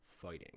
fighting